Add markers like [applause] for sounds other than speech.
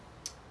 [noise]